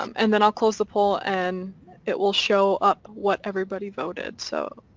um and then i'll close the poll and it will show up what everybody voted. so